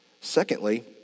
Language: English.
Secondly